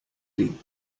ding